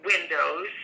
windows